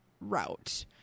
route